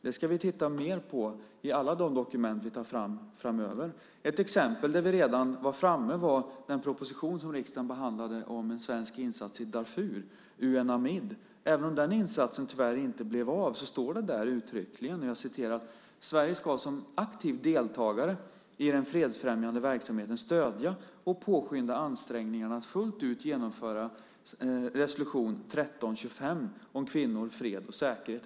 Det ska vi titta mer på i alla de dokument vi tar fram framöver. Ett exempel där vi redan har gjort det är den proposition som riksdagen behandlade om en svensk insats i Darfur, Unamid. Även om den insatsen tyvärr inte blev av står det där uttryckligen: "Sverige ska som aktiv deltagare i den fredsfrämjande verksamheten stödja och påskynda ansträngningarna att fullt ut genomföra säkerhetsrådets resolution 1325 om kvinnor, fred och säkerhet."